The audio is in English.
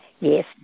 Yes